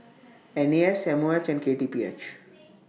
N A S M O H and K T P H